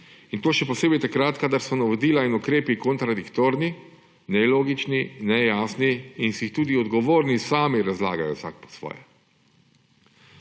in to še posebej takrat, kadar so navodila in ukrepi kontradiktorni, nelogični, nejasni in si jih tudi odgovorni sami razlagajo vsak po svoje.